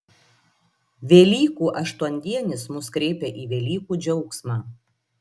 velykų aštuondienis mus kreipia į velykų džiaugsmą